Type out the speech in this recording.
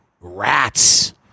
rats